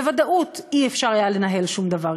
בוודאות לא היה אפשר לנהל שום דבר,